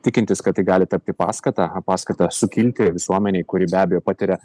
tikintis kad tai gali tapti paskata paskata sukilti visuomenei kuri be abejo patiria